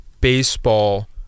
baseball